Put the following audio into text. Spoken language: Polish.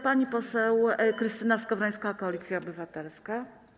Pani poseł Krystyna Skowrońska, Koalicja Obywatelska.